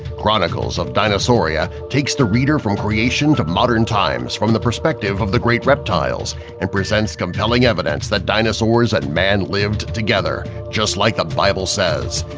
chronicles of dinosauria takes the reader from creation to modern times from the perspective of the great reptiles and presents compelling evidence that dinosaurs and man lived together, just like the bible says.